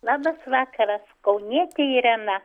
labas vakaras kaunietė irena